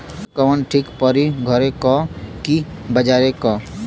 बिया कवन ठीक परी घरे क की बजारे क?